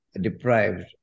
deprived